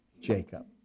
Jacob